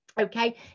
okay